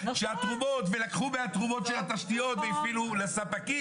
התרומות ולקחו מהתרומות של התשתיות והפעילו לספקים